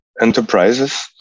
enterprises